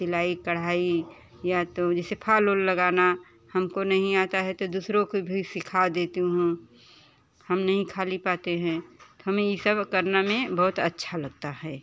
सिलाई कढ़ाई या तो जैसे फाल ओल लगाना हमको नहीं आता है तो दूसरों के भी सिखा देती हूँ हम नहीं खाली पाते हैं हमें ये सब करना में बहुत अच्छा लगता है